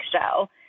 show